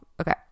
Okay